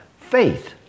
faith